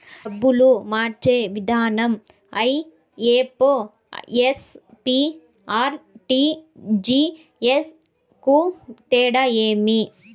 డబ్బులు మార్చే విధానం ఐ.ఎఫ్.ఎస్.సి, ఆర్.టి.జి.ఎస్ కు తేడా ఏమి?